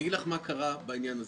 אני אגיד לך מה קרה בעניין הזה: